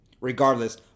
Regardless